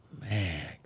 man